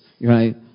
right